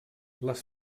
les